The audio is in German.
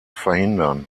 verhindern